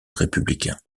républicain